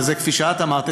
כפי שאמרת,